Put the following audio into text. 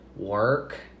work